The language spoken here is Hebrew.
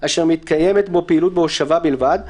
אשר מתקיימת בו פעילות בהושבה בלבד,